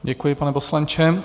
Děkuji, pane poslanče.